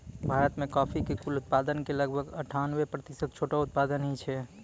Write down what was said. भारत मॅ कॉफी के कुल उत्पादन के लगभग अनठानबे प्रतिशत छोटो उत्पादक हीं छै